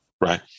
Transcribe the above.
Right